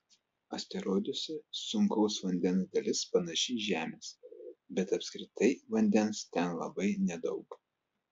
asteroiduose sunkaus vandens dalis panaši į žemės bet apskritai vandens ten labai nedaug